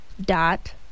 dot